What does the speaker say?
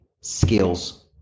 skills